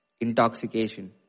Intoxication